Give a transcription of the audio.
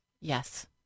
Yes